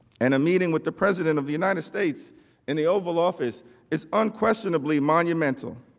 and a meeting with the president of the united states and the oval office is unquestionably monumental.